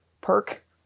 perk